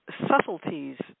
subtleties